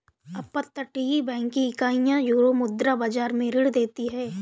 अपतटीय बैंकिंग इकाइयां यूरोमुद्रा बाजार में ऋण देती हैं